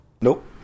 Nope